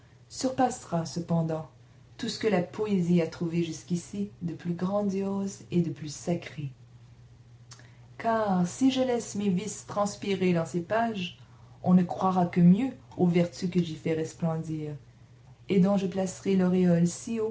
surpassera cependant tout ce que la poésie a trouvé jusqu'ici de plus grandiose et de plus sacré car si je laisse mes vices transpirer dans ces pages on ne croira que mieux aux vertus que j'y fais resplendir et dont je placerai l'auréole